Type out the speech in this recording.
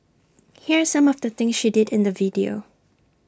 here are some of the things she did in the video